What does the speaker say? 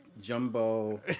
jumbo